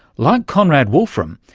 like conrad wolfram,